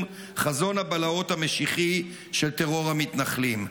חזון הבלהות המשיחי של טרור המתנחלים.